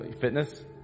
fitness